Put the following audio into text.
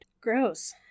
Gross